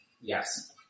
Yes